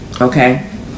Okay